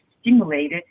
stimulated